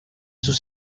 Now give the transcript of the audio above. sus